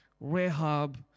Rehab